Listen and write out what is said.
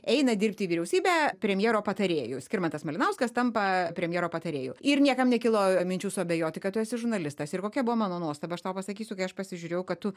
eina dirbti į vyriausybę premjero patarėju skirmantas malinauskas tampa premjero patarėju ir niekam nekilo minčių suabejoti kad tu esi žurnalistas ir kokia buvo mano nuostaba aš tau pasakysiu kai aš pasižiūrėjau kad tu